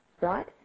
right